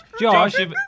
Josh